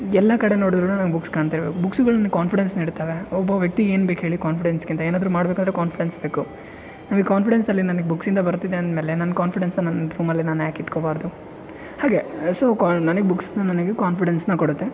ಎಲ್ಲ ಕಡೆ ನೋಡಿದ್ರೂ ನನಗೆ ಬುಕ್ಸ್ ಕಾಣ್ತಿರ್ಬೇಕು ಬುಕ್ಸ್ಗಳ್ ನನಗೆ ಕಾನ್ಫಿಡೆನ್ಸ್ ನೀಡುತ್ತವೆ ಒಬ್ಬ ವ್ಯಕ್ತಿಗೆ ಏನು ಬೇಕು ಹೇಳಿ ಕಾನ್ಫಿಡೆನ್ಸ್ಕ್ಕಿಂತ ಏನಾದರು ಮಾಡಬೇಕಂದ್ರೆ ಕಾನ್ಫಿಡೆನ್ಸ್ ಬೇಕು ನಮಗೆ ಕಾನ್ಫಿಡೆನ್ಸ್ ಅಲ್ಲಿ ನನಗೆ ಬುಕ್ಸಿಂದ ಬರ್ತಿದೆ ಅಂದಮೇಲೆ ನನ್ನ ಕಾನ್ಫಿಡೆನ್ಸ್ನ ನನ್ನ ರೂಮಲ್ಲಿ ನಾನು ಯಾಕೆ ಇಟ್ಕೋಬಾರದು ಹಾಗೆ ಸೊ ಕಾನ್ ನನಗ್ ಬುಕ್ಸ್ನ ನನಗೆ ಕಾನ್ಫಿಡೆನ್ಸ್ನ ಕೊಡುತ್ತೆ